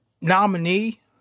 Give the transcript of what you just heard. nominee